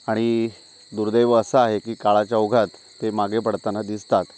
आणि दुर्दैव असं आहे की काळाच्या ओघात ते मागे पडताना दिसतात